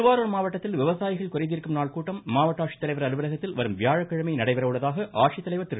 திருவாரூர் மாவட்டத்தில் விவசாயிகள் குறைதீர்க்கும் நாள் கூட்டம் மாவட்ட ஆட்சித்தலைவர் அலுவலகத்தில் வரும் வியாழக்கிழமை நடைபெற உள்ளதாக ஆட்சித் தலைவர் திரு